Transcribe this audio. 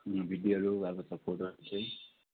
भिडियोहरू अब त्यो फोटोहरू चाहिँ